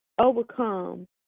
overcome